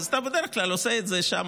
אז אתה בדרך כלל עושה את זה שם,